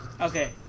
Okay